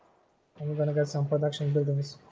and we're gonna get some production do this